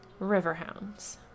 Riverhounds